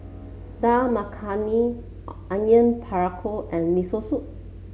Dal Makhani Onion Pakora and Miso Soup